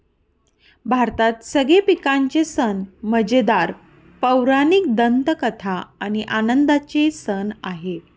भारतात सगळे पिकांचे सण मजेदार, पौराणिक दंतकथा आणि आनंदाचे सण आहे